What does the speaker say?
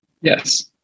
Yes